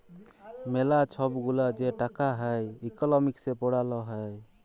ম্যালা ছব গুলা যে টাকা হ্যয় ইকলমিক্সে পড়াল হ্যয়